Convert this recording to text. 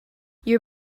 your